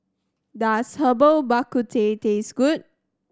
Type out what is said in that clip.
does Herbal Bak Ku Teh taste good